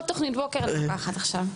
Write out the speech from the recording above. כל תוכנית בוקר אני לוקחת עכשיו.